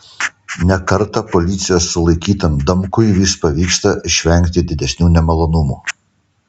ne kartą policijos sulaikytam damkui vis pavyksta išvengti didesnių nemalonumų